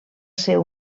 ser